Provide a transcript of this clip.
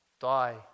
die